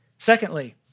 Secondly